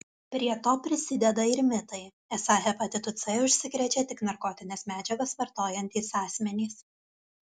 prie to prisideda ir mitai esą hepatitu c užsikrečia tik narkotines medžiagas vartojantys asmenys